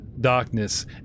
darkness